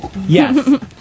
Yes